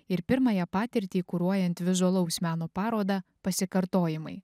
ir pirmąją patirtį kuruojant vizualaus meno parodą pasikartojimai